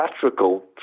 theatrical